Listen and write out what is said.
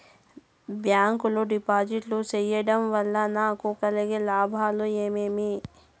Bank లో డిపాజిట్లు సేయడం వల్ల నాకు కలిగే లాభాలు ఏమేమి?